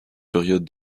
période